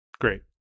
great